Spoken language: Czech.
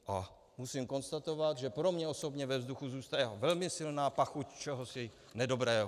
A musím konstatovat, že pro mě osobně ve vzduchu zůstává velmi silná pachuť čehosi nedobrého.